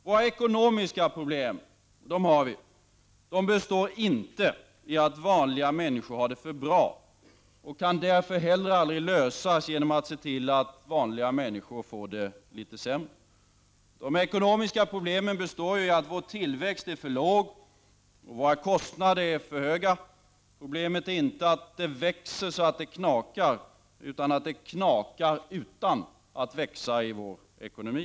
Sveriges ekonomiska problem består inte i att vanliga människor har det för bra, och de kan därför heller aldrig lösas genom att man ser till att vanliga människor får det litet sämre. Sveriges ekonomiska problem består i att vår tillväxt är för låg och att våra kostnader är för höga. Problemet är inte att det växer så att det knakar, utan att det knakar utan att det växer i vår ekonomi.